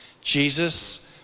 Jesus